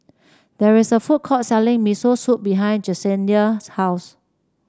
there is a food court selling Miso Soup behind Jessenia's house